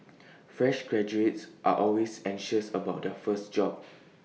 fresh graduates are always anxious about their first job